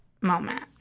moment